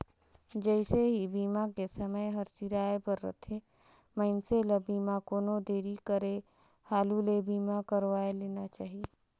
जइसे ही बीमा के समय हर सिराए बर रथे, मइनसे ल बीमा कोनो देरी करे हालू ले बीमा करवाये लेना चाहिए